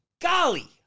golly